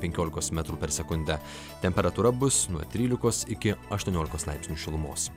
penkiolikos metrų per sekundę temperatūra bus nuo trylikos iki aštuoniolikos laipsnių šilumos